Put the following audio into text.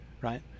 Right